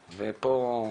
הפרופ'